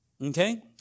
Okay